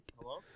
Hello